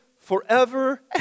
forever